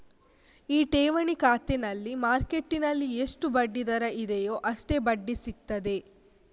ಈ ಠೇವಣಿ ಖಾತೆನಲ್ಲಿ ಮಾರ್ಕೆಟ್ಟಿನಲ್ಲಿ ಎಷ್ಟು ಬಡ್ಡಿ ದರ ಇದೆಯೋ ಅಷ್ಟೇ ಬಡ್ಡಿ ಸಿಗ್ತದೆ